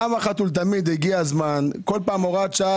בכל פעם הוראת שעה?